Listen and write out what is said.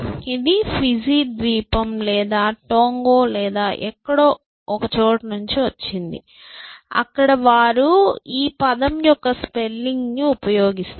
ఇది ఫిజి ద్వీపం లేదా టోంగా లేదా ఎక్కడో ఒకచోట వచ్చింది అక్కడ వారు ఈ పదం యొక్క స్పెల్లింగ్ ఉపయోగిస్తారు